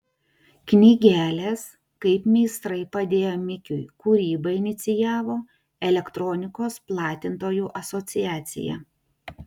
knygelės kaip meistrai padėjo mikiui kūrybą inicijavo elektronikos platintojų asociacija